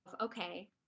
okay